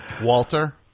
Walter